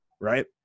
right